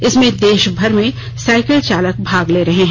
इसमें देश भर से साइकिल चालक भाग ले रहे हैं